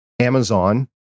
Amazon